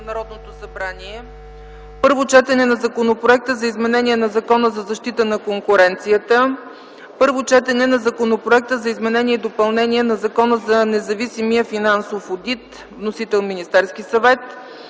Народното събрание. 5. Първо четене на Законопроекта за изменение на Закона за защита на конкуренцията. 6. Първо четене на Законопроекта за изменение и допълнение на Закона за независимия финансов одит. Вносител - Министерският съвет.